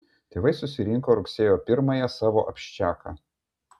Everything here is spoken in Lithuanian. tėvai susirinko rugsėjo pirmąją savo abščiaką